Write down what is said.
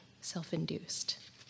self-induced